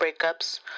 breakups